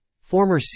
former